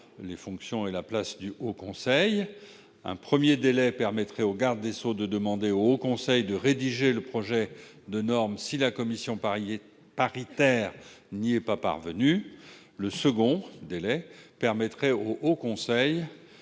les fonctions et la place du Haut conseil. Un premier délai permettrait au garde des sceaux de demander au Haut conseil de rédiger le projet de norme, dans le cas où la commission mixte n'y serait pas parvenue. Un second délai permettrait au Haut conseil